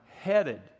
headed